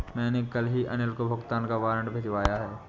मैंने कल ही अनिल को भुगतान का वारंट भिजवाया है